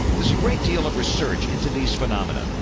there's a great deal of research into these phenomena,